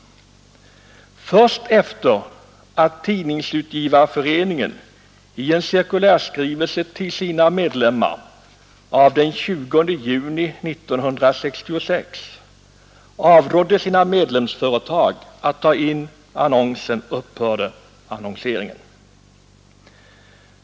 Först efter det att Tidningsutgivareföreningen i en cirkulärskrivelse till sina medlemmar av den 20 juni 1966 avrått medlemsföretagen från att ta in annonsen upphörde annonseringen.